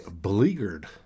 beleaguered